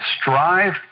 strive